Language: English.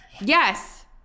Yes